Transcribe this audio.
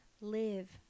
live